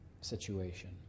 situation